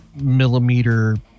millimeter